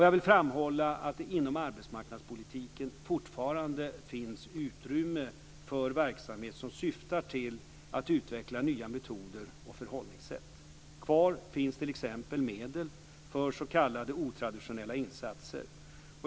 Jag vill framhålla att det inom arbetsmarknadspolitiken fortfarande finns utrymme för verksamhet som syftar till att utveckla nya metoder och förhållningssätt. Kvar finns t.ex. medel för s.k. otraditionella insatser.